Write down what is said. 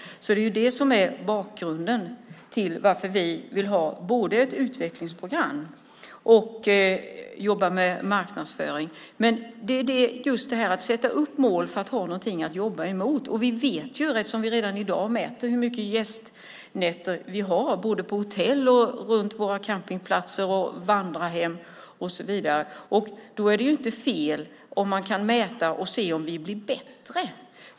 Det är alltså det som är bakgrunden till varför vi vill ha både ett utvecklingsprogram och jobba med marknadsföring. Man sätter upp mål för att ha något att jobba emot. Redan i dag mäter vi ju hur många gästnätter vi har på både hotell, campingplatser och vandrarhem, och då är det inte fel om man kan mäta och se om vi blir bättre.